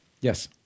Yes